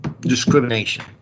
discrimination